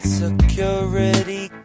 security